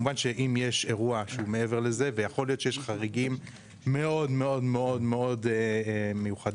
יכול להיות שיש חריגים מאוד מיוחדים